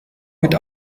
mit